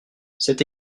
cette